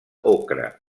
ocre